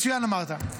מצוין אמרת.